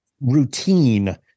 routine